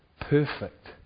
perfect